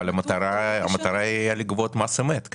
אבל המטרה היא לגבות מס אמת.